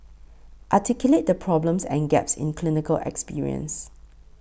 articulate the problems and gaps in clinical experience